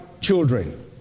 children